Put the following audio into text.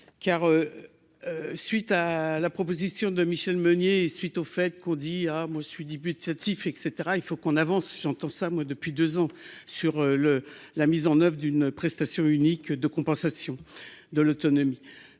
car suite à la proposition de Michel Meunier suite au fait qu'on dit à moi suis débutatifs et caetera, il faut qu'on avance, j'entends ça, moi depuis 2 ans sur le la mise en oeuvre d'une prestation unique de compensation de l'autonomie.